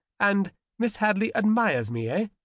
and miss hadley admires me, ah?